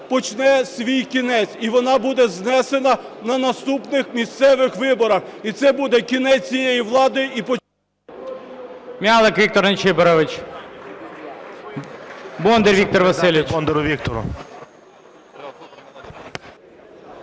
почне свій кінець, і вона буде знесена на наступних місцевих виборах, і це буде кінець цієї влади і…